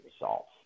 results